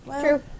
True